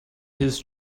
his